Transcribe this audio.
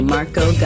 Marco